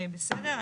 בסדר.